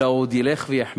אלא הוא עוד ילך ויחמיר.